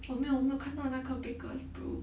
我有没有看到那个 baker's brew